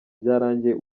byarangira